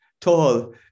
tall